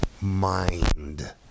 mind